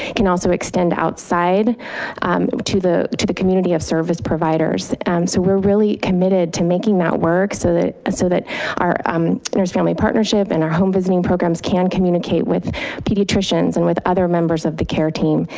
can also extend outside to the to the community of service providers. and so we're really committed to making that work. so that ah so that our um nurse family partnership, and our home visiting programs can communicate with pediatricians and with other members of the care team.